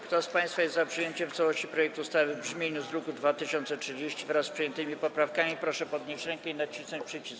Kto z państwa jest za przyjęciem w całości projektu ustawy w brzmieniu z druku nr 2030, wraz z przyjętymi poprawkami, proszę podnieść rękę i nacisnąć przycisk.